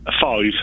Five